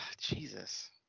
jesus